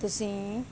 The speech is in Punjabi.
ਤੁਸੀਂ